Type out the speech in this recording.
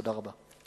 תודה רבה.